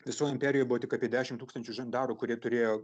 visoj imperijoj buvo tik apie dešimt tūkstančių žandarų kurie turėjo